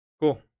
Cool